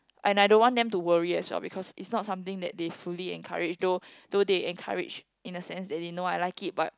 and I don't want them to worry as well because it's not something that they fully encourage though though they encourage in the sense that they know I like it but